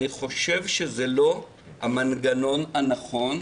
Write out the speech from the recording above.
אני חושב שזה לא המנגנון הנכון,